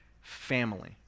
family